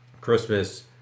Christmas